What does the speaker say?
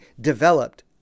developed